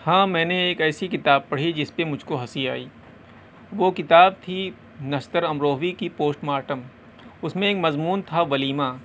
ہاں میں نے ایک ایسی کتاب پڑھی جس پہ مجھ کو ہنسی آئی وہ کتاب تھی نشتر امروہوی کی پوسٹ مارٹم اس میں ایک مضمون تھا ولیمہ